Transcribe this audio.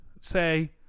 say